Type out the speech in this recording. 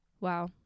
Wow